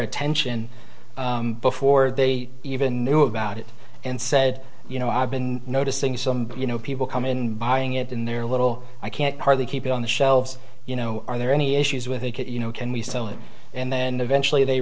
attention before they even knew about it and said you know i've been noticing some you know people come in buying it in their little i can't hardly keep it on the shelves you know are there any issues with a kit you know can we sell it and then eventually they